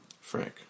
Frank